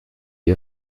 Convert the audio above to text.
ihr